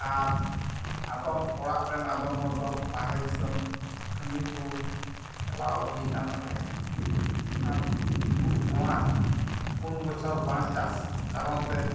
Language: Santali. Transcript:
ᱟᱨ ᱟᱫᱚᱢ ᱚᱲᱟᱜᱨᱮᱱ ᱟᱫᱚᱢ ᱦᱚᱲᱫᱚ ᱵᱟᱦᱨᱮ ᱫᱤᱥᱚᱢ ᱠᱟᱹᱢᱤ ᱠᱚ ᱪᱟᱞᱟᱣ ᱟᱹᱫᱷᱤ ᱟᱠᱟᱱ ᱛᱟᱞᱮᱭᱟ ᱟᱨ ᱱᱚᱣᱟ ᱯᱩᱱ ᱵᱚᱪᱷᱚᱨ ᱵᱟᱝ ᱪᱟᱥ ᱠᱟᱨᱚᱱ ᱛᱮ